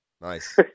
Nice